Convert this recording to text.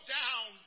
down